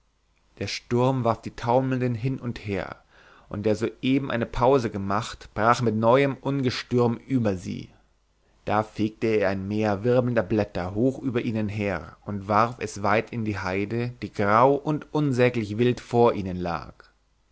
der sturm warf die taumelnden hin und her und der soeben eine pause gemacht brach mit neuem ungestüm über sie da fegte er ein meer wirbelnder blätter hoch über ihnen her und warf es weit in die heide die grau und unsäglich wild vor ihnen lag